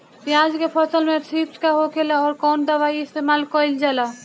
प्याज के फसल में थ्रिप्स का होखेला और कउन दवाई इस्तेमाल कईल जाला?